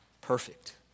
perfect